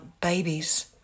babies